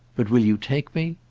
but will you take me?